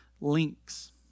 links